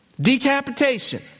Decapitation